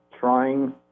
trying